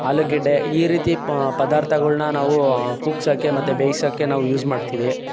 ಆಲೂಗೆಡ್ಡೆ ಈ ರೀತಿ ಪದಾರ್ಥಳನ್ನ ನಾವು ಕೂಗ್ಸೋಕ್ಕೆ ಮತ್ತೆ ಬೇಯಿಸೋಕ್ಕೆ ನಾವು ಯೂಸ್ ಮಾಡ್ತೀವಿ